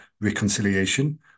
reconciliation